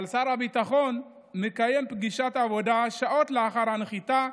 אבל שר הביטחון מקיים פגישת עבודה שעות לאחר הנחיתה,